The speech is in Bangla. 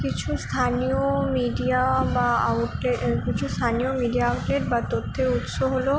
কিছু স্থানীয় মিডিয়া বা আউটলেট কিছু স্থানীয় মিডিয়া আউটলেট বা তথ্যের উৎস হলো